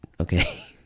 okay